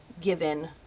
given